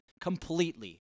Completely